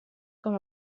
com